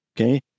okay